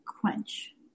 quench